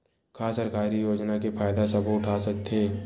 का सरकारी योजना के फ़ायदा सबो उठा सकथे?